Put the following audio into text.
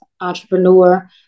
entrepreneur